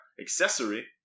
accessory